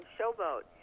Showboat